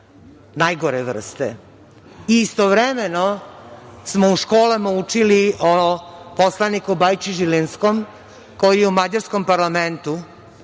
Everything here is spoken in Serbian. najgore vrste. Istovremeno smo u školama učili o poslaniku Bajči Žilinskom koji je u mađarskom parlamentu